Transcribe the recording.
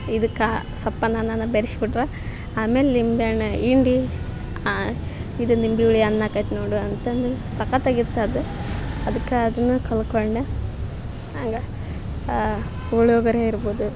ಇದಕ್ಕ ಸಪ್ಪನ್ನನ್ನ ನಾನು ಬೆರೆಸ್ಬಿಟ್ವ ಆಮೇಲೆ ನಿಂಬೆಹಣ್ಣ ಹಿಂಡಿ ಇದು ನಿಂಬಿ ಹುಳಿ ಅನ್ನಕ್ಕೆ ಹಾಕಿ ನೋಡು ಅಂತಂದು ಸಖತಾಗಿರ್ತದ ಅದು ಅದಕ್ಕ ಅದನ್ನ ಕಲತ್ಕೊಂಡೆ ಹಾಗ ಪುಳಿಯೋಗರೆ ಇರ್ಬೋದು